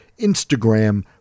Instagram